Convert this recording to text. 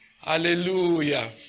hallelujah